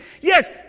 Yes